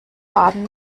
haben